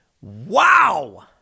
Wow